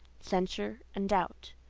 censure, and doubt.